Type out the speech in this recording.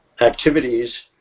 activities